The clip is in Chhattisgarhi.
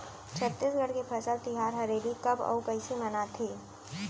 छत्तीसगढ़ के फसल तिहार हरेली कब अउ कइसे मनाथे?